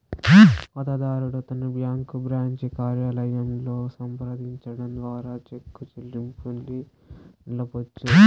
కాతాదారుడు తన bank branch కార్యాలయంలో సంప్రదించడం ద్వారా చెక్కు చెల్లింపుని నిలపొచ్చు